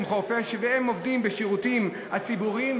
חופש והם עובדים בשירותים הציבוריים,